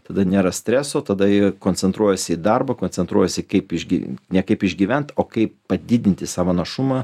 tada nėra streso tada jie koncentruojuosi į darbą koncentruojasi kaip išgy ne kaip išgyvent o kaip padidinti savo našumą